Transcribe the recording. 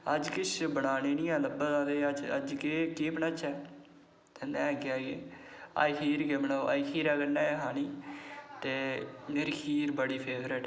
अज्ज किश बनाने गी निं लब्भा दा ते केह् बनाचै में आक्खेआ अज्ज खीर गै बनाओ ते अज्ज खीर कन्नै गै बनानी ते मेरी खीर बड़ी फेवरेट ऐ